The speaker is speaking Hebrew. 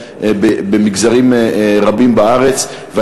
שבמגזרים רבים בארץ לפעמים מתנכרת להן.